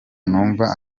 numva